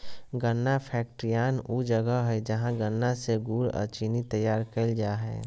गन्ना फैक्ट्रियान ऊ जगह हइ जहां गन्ना से गुड़ अ चीनी तैयार कईल जा हइ